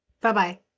Bye-bye